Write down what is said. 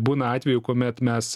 būna atvejų kuomet mes